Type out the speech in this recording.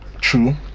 True